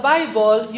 Bible